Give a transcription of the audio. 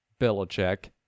Belichick